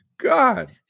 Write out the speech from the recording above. God